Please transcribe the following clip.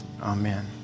Amen